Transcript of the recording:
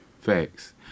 Facts